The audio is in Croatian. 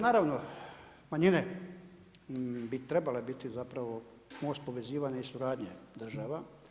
Naravno, manjine, bi trebale biti zapravo moć povezivanja i suradnje država.